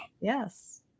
Yes